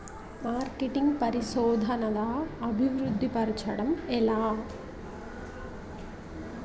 marketing పరిశోధనదా అభివృద్ధి పరచడం ఎలా